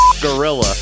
gorilla